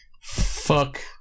Fuck